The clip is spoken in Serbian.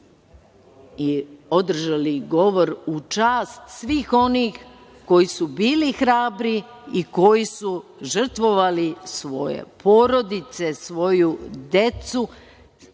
i održali govor u čast svih onih koji su bili hrabri i koji su žrtvovali svoje porodice, svoju decu